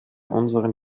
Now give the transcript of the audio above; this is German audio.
unseren